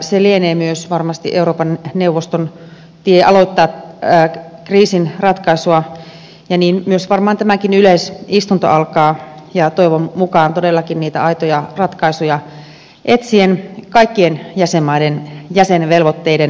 se lienee varmasti myös euroopan neuvoston tie aloittaa kriisin ratkaisua ja niin varmaan tämäkin yleisistunto alkaa ja toivon mukaan todellakin niitä aitoja ratkaisuja etsien kaikkien jäsenmaiden jäsenvelvoitteiden noudattamiseksi